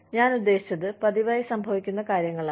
ഞാൻ ഉദ്ദേശിച്ചത് പതിവായി സംഭവിക്കുന്ന കാര്യങ്ങളാണ്